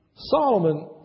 Solomon